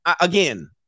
Again